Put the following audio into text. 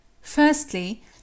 firstly